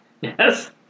Yes